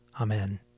Amen